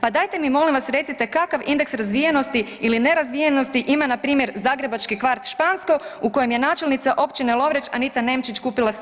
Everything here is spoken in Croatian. Pa dajte mi molim vas, recite, kakav indeks razvijenosti ili nerazvijenosti ima npr. zagrebački kvart Špansko u kojem je načelnica općine Lovreć Anita Nemčić kupila stan.